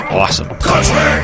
Awesome